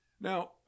Now